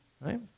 right